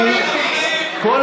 נאום פוליטי.